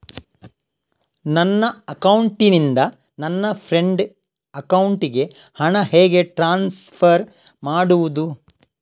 ನನ್ನ ಅಕೌಂಟಿನಿಂದ ನನ್ನ ಫ್ರೆಂಡ್ ಅಕೌಂಟಿಗೆ ಹಣ ಹೇಗೆ ಟ್ರಾನ್ಸ್ಫರ್ ಮಾಡುವುದು?